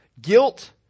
Guilt